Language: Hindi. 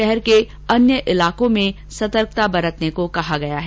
शहर के अन्य इलाकों में भी सतर्कता बरतने को कहा गया है